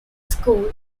school